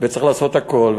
וצריך לעשות הכול.